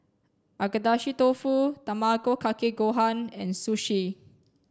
Agedashi Dofu Tamago Kake Gohan and Sushi